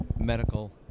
medical